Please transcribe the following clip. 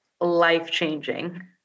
life-changing